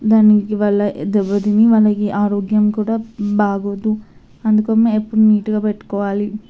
దానివల్ల మనకి ఆరోగ్యం కూడా బాగోదు అందుకని ఎప్పుడు నీటిగా పెట్టుకోవాలి